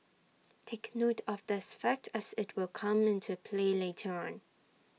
take note of this fact as IT will come into play later on